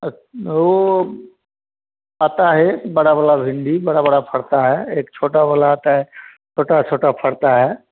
अच् वो आता है एक बड़ा वाला भिंडी बड़ा बड़ा फरता है एक छोटा वाला आता है छोटा छोटा फरता है